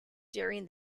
during